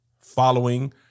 following